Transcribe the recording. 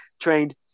trained